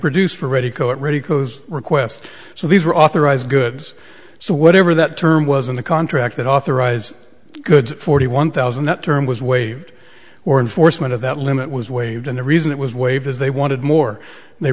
produced for ready to go at ready goes request so these were authorized goods so whatever that term was in the contract that authorize goods forty one thousand that term was waived or enforcement of that limit was waived and the reason it was waived is they wanted more